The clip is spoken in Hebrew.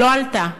לא עלתה.